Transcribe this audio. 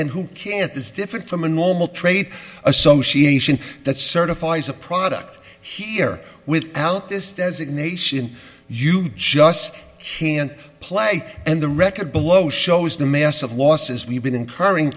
and who can't is different from a normal trade association that certifies a product here without this designation you just can't play and the record below shows the massive losses we've been incurring